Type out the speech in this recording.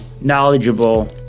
knowledgeable